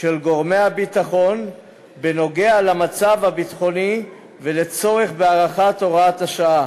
של גורמי הביטחון בנוגע למצב הביטחוני ולצורך בהארכת הוראת השעה,